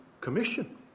Commission